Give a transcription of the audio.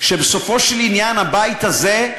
כשבסופו של עניין הבית הזה,